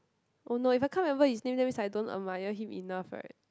oh no if I can't remember his name that means I don't admire him enough right